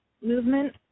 movement